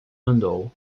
andou